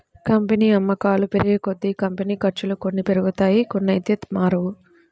company అమ్మకాలు పెరిగేకొద్దీ, company ఖర్చులు కొన్ని పెరుగుతాయి కొన్నైతే మారవు